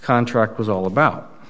contract was all about